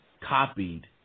copied